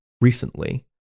recently